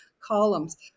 columns